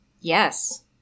yes